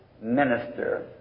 minister